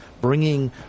bringing